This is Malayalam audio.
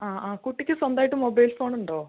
ആ ആ കുട്ടിക്ക് സ്വന്തമായിട്ട് മൊബൈൽ ഫോൺ ണ്ടോ